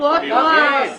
ותנועות נוער.